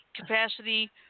capacity